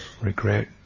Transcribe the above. regret